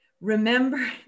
Remember